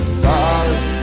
father